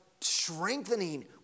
strengthening